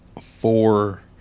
four